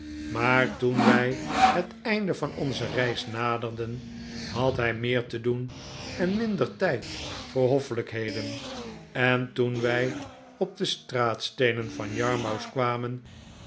maar toen wij het einde van onze reis naderden had hij meer te doen en minder tijd voor hoffelijkheden en toen wij op de straatsteenen van yarmouth kwamen